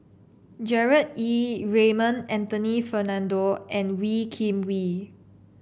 Gerard Ee Raymond Anthony Fernando and Wee Kim Wee